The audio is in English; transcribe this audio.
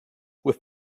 with